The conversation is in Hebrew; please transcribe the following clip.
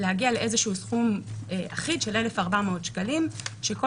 להגיע לאיזה שהוא סכום אחיד של 1,400 שקלים שבכל